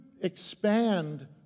expand